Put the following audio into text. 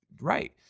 right